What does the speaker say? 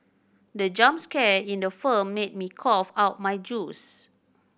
the jump scare in the firm made me cough out my juice